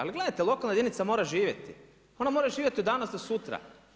Ali gledajte lokalna jedinica mora živjeti, ona mora živjeti od danas do sutra.